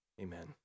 amen